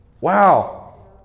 Wow